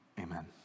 amen